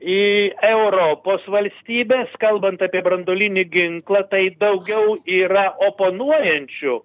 į europos valstybes kalbant apie branduolinį ginklą tai daugiau yra oponuojančių